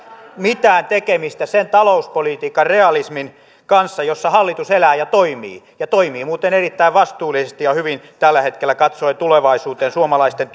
mitään tekemistä sen talouspolitiikan realismin kanssa jossa hallitus elää ja toimii ja toimii muuten erittäin vastuullisesti ja hyvin tällä hetkellä katsoen tulevaisuuteen suomalaisten